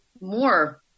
more